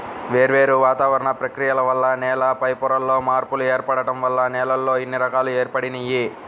వేర్వేరు వాతావరణ ప్రక్రియల వల్ల నేల పైపొరల్లో మార్పులు ఏర్పడటం వల్ల నేలల్లో ఇన్ని రకాలు ఏర్పడినియ్యి